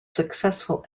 successful